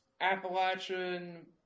Appalachian